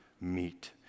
meet